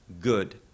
good